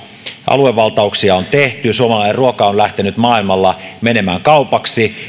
aluevaltauksia on tehty suomalainen ruoka on lähtenyt maailmalla menemään kaupaksi